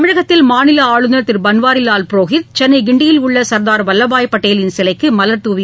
தமிழகத்தில் மாநில ஆளுநர் திரு பன்வாரிலால் புரோஹித் சென்னை கிண்டியில் உள்ள சர்தார் வல்லபாய் பட்டேலின் சிலைக்கு மலர் தூவி மரியாதை செலுத்தினார்